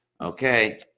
Okay